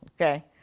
okay